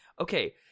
Okay